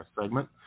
segment